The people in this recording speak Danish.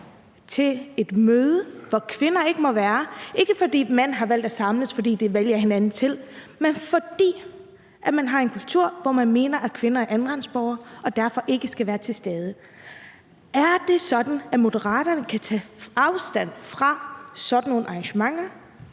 i et møde, hvor kvinder ikke må være der. Det er ikke fordi mænd har valgt at samles, fordi de vælger hinanden til, men fordi man har en kultur, hvor man mener, at kvinder er andenrangsborgere og derfor ikke skal være til stede. Er det sådan, at Moderaterne kan tage afstand fra sådan nogle arrangementer